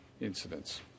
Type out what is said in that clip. incidents